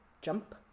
jump